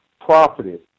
profited